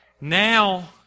Now